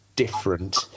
different